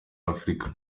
afurika